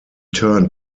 turned